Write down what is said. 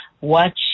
watch